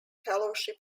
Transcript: fellowship